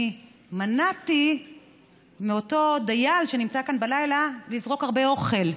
אני מנעתי מאותו דייל שנמצא כאן בלילה לזרוק הרבה אוכל,